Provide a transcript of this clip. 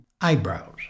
eyebrows